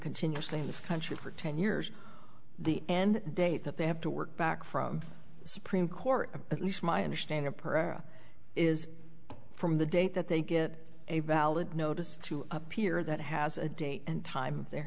continuously in this country for ten years the end date that they have to work back from the supreme court at least my understanding pereira is from the date that they get a valid notice to appear that has a date and time they're